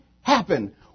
happen